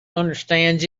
understand